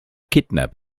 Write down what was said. kidnap